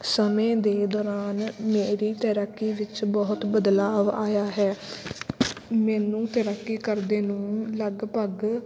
ਸਮੇਂ ਦੇ ਦੌਰਾਨ ਮੇਰੀ ਤੈਰਾਕੀ ਵਿੱਚ ਬਹੁਤ ਬਦਲਾਵ ਆਇਆ ਹੈ ਮੈਨੂੰ ਤੈਰਾਕੀ ਕਰਦੇ ਨੂੰ ਲਗਭਗ